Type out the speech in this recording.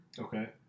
Okay